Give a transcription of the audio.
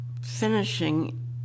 finishing